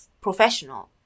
professional